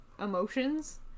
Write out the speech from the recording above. emotions